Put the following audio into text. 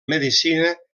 medicina